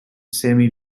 semi